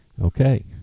okay